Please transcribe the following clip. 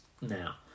now